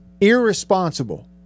irresponsible